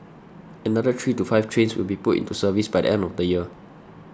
another three to five trains will be put into service by the end of the year